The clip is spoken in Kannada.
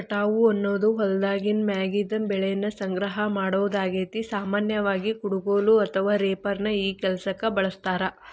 ಕಟಾವು ಅನ್ನೋದು ಹೊಲ್ದಾಗಿನ ಮಾಗಿದ ಬೆಳಿನ ಸಂಗ್ರಹ ಮಾಡೋದಾಗೇತಿ, ಸಾಮಾನ್ಯವಾಗಿ, ಕುಡಗೋಲು ಅಥವಾ ರೇಪರ್ ನ ಈ ಕೆಲ್ಸಕ್ಕ ಬಳಸ್ತಾರ